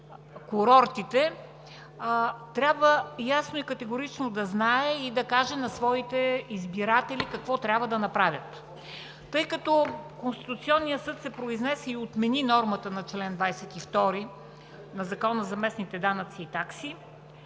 Тъй като Конституционният съд се произнесе и отмени нормата на чл. 22 на Закона за местните данъци и такси,